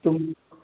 तुम